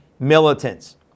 Militants